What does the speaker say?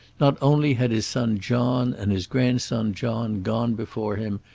not only had his son john, and his grandson john, gone before him,